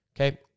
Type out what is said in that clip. Okay